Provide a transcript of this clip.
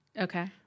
Okay